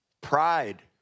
Pride